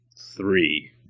three